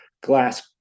glass